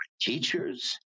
teachers